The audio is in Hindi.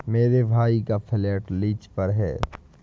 मेरे भाई का फ्लैट लीज पर है